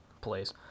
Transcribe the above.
place